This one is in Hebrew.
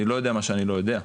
אני לא יודע מה שאני לא יודע.